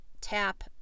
tap